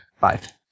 Five